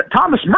Thomas